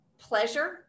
pleasure